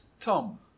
Tom